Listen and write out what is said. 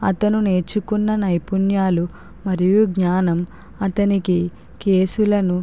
అతను నేర్చుకున్న నైపుణ్యాలు మరియు జ్ఞానం అతనికి కేసులను